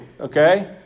okay